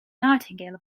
nightingale